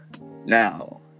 now